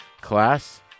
Class